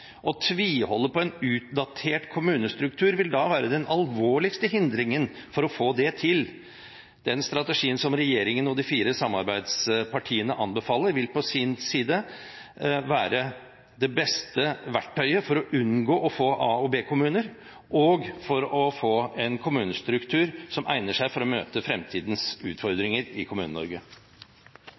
Å tviholde på en utdatert kommunestruktur vil være den alvorligste hindringen for å få det til. Den strategien som regjeringen og de fire samarbeidspartiene anbefaler, vil på sin side være det beste verktøyet for å unngå å få A- og B-kommuner, og for å få en kommunestruktur som egner seg for å møte fremtidens utfordringer i